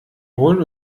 holen